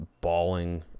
bawling